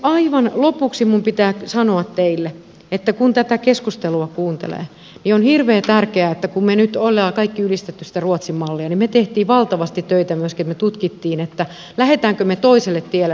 aivan lopuksi minun pitää sanoa teille että kun tätä keskustelua kuuntelee niin on hirveän tärkeää että kun me nyt olemme kaikki ylistäneet sitä ruotsin mallia niin me teimme myöskin valtavasti töitä että me tutkimme lähdemmekö me toiselle tielle kuin ruotsi